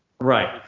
Right